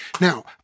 Now